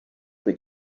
kui